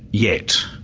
yet.